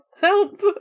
Help